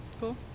cool